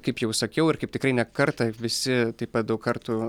kaip jau sakiau ir kaip tikrai ne kartą visi taip pat daug kartų